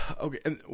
Okay